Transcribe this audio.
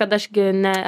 kad aš gi ne